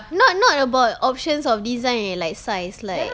not not about options or design eh like size like